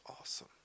awesome